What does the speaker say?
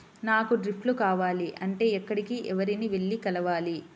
నాకు డ్రిప్లు కావాలి అంటే ఎక్కడికి, ఎవరిని వెళ్లి కలవాలి?